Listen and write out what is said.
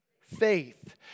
faith